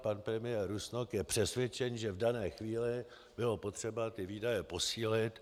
Pan premiér Rusnok je přesvědčen, že v dané chvíli bylo potřeba výdaje posílit.